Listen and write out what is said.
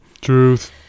Truth